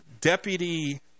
deputy